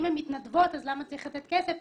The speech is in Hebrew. אם הן מתנדבות אז למה צריך לתת כסף?